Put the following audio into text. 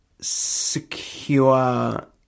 secure